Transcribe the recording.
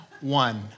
one